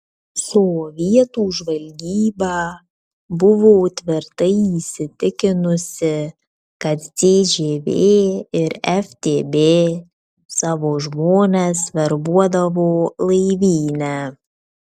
sovietų žvalgyba buvo tvirtai įsitikinusi kad cžv ir ftb savo žmones verbuodavo laivyne